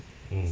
mm